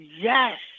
Yes